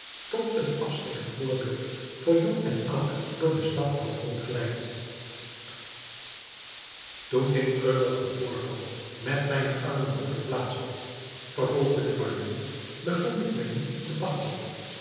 tot een afschrikkend voorbeeld voor jong en oud door de stad had rondgeleid toen dit treurige voorval met mijnen armen broeder plaats had vervolgde de barbier bevond ik mij niet te bagdad